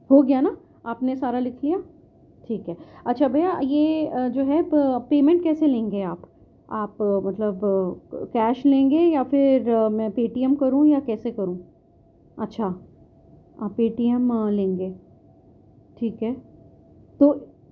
ہو گیا نا آپ نے سارا لکھ لیا ٹھیک ہے اچھا بھیا یہ جو ہے پیمنٹ کیسے لیں گے آپ آپ مطلب کیش لیں گے یا پھر میں پے ٹی ایم کروں یا کیسے کروں اچھا پے ٹی ایم لیں گے ٹھیک ہے تو